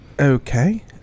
Okay